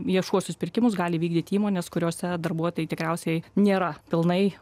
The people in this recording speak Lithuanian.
viešuosius pirkimus gali vykdyt įmonės kuriose darbuotojai tikriausiai nėra pilnai